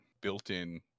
built-in